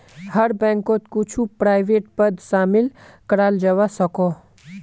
हर बैंकोत कुछु प्राइवेट पद शामिल कराल जवा सकोह